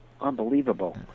unbelievable